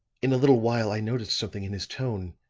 in a little while i noticed something in his tone,